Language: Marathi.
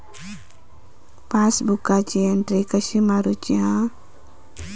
पासबुकाची एन्ट्री कशी मारुची हा?